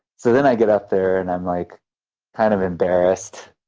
so then i get up there and i'm like kind of embarrassed.